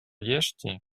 лешти